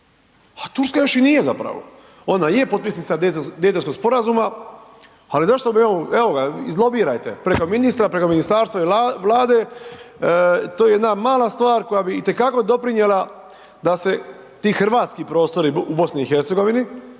a Turska još i nije zapravo, ona je potpisnica Daytonskom sporazuma, ali zašto bi evo, evo ga, izlobirajte, preko ministra, preko ministarstva i Vlade, to je jedna mala stvar koja bi itekako doprinjela da se ti hrvatski prostori u BiH